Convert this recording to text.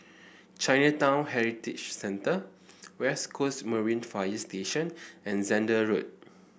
Chinatown Heritage Centre West Coast Marine Fire Station and Zehnder Road